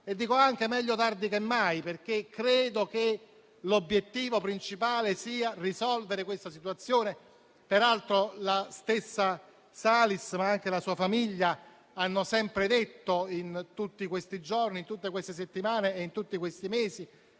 e dico anche meglio tardi che mai, perché credo che l'obiettivo principale sia risolvere la situazione. Peraltro, la stessa Ilaria Salis e anche la sua famiglia hanno sempre detto in questi giorni, in tutte queste settimane e in tutti questi mesi